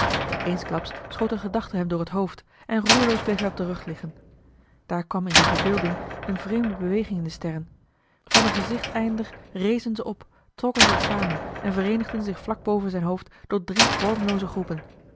eensklaps schoot eene gedachte hem door het hoofd en roerloos bleef hij op den rug liggen daar kwam in zijne verbeelding eene vreemde beweging in de sterren van den gezichteinder rezen ze op trokken zich samen en vereenigden zich vlak boven zijn hoofd tot drie vormlooze groepen